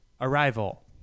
Arrival